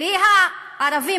בלי הערבים,